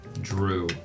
Drew